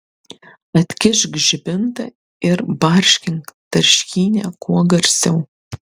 atkišk žibintą ir barškink tarškynę kuo garsiau